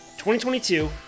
2022